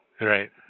Right